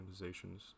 organizations